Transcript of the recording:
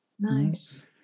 Nice